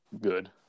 good